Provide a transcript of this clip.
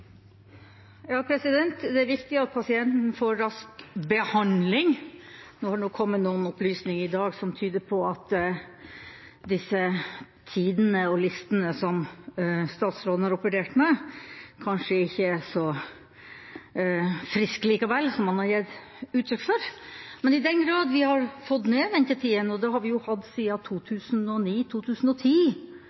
Ja, det er viktig at pasienten får rask behandling. Nå har det kommet noen opplysninger i dag som tyder på at disse tidene og listene som statsråden har operert med, kanskje likevel ikke er så «friske» som han har gitt uttrykk for. Men i den grad vi har fått ned ventetidene – og det har vi jo